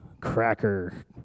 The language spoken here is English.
cracker